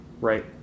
Right